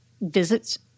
visits